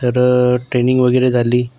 तर ट्रेनिंग वगैरे झाली